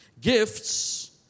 Gifts